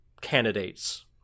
candidates